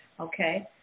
okay